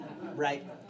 right